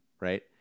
right